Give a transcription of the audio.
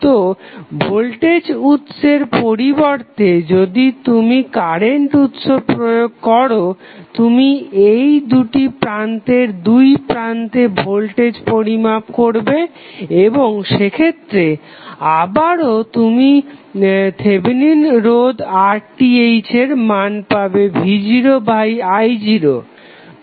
তো ভোল্টেজ উৎসের পরিবর্তে যদি তুমি কারেন্ট উৎস প্রয়োগ করো তুমি এই দুটি প্রান্তের দুই প্রান্তে ভোল্টেজ পরিমাপ করবে এবং সেক্ষেত্রে আবারও তুমি থেভেনিন রোধ RTh এর মান পাবে v0i0